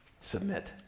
submit